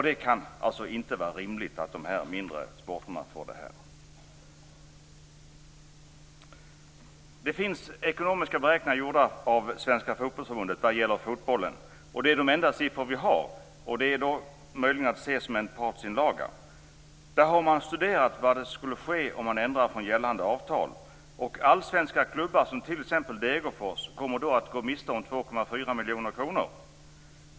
Det kan inte vara rimligt att dessa mindre sporter drabbas på det sättet. Det har gjorts ekonomiska beräkningar av Svenska Fotbollförbundet vad gäller fotbollen, och det är de enda siffror som vi har. De är möjligen att ses som en partsinlaga. Man har studerat vad som skulle ske om man ändrade i gällande avtal. Allsvenska klubbar som t.ex. Degerfors skulle då gå miste om 2,4 miljoner kronor.